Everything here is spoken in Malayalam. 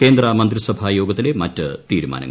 കേന്ദ്രമന്ത്രിസഭാ യോഗത്തിലെ മറ്റ് തീരുമാനങ്ങൾ